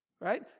right